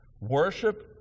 Worship